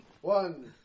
One